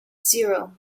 zero